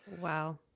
Wow